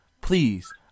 Please